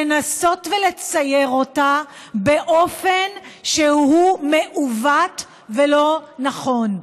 לנסות ולצייר אותה באופן שהוא מעוות ולא נכון.